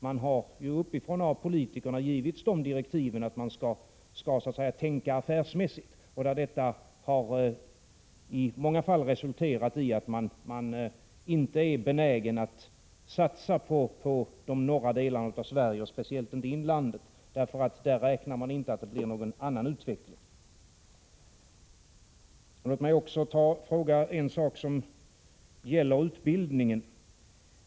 Man har uppifrån av politikerna givits direktiven att tänka affärsmässigt, och detta har i många fall resulterat i att man inte är benägen att satsa på de norra delarna av Sverige och speciellt inte inlandet, därför att man räknar med att där inte blir någon annan utveckling. Låt mig också fråga en sak som gäller utbildningen.